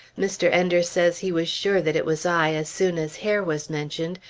mr. enders says he was sure that it was i, as soon as hair was mentioned,